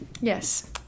yes